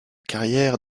carrière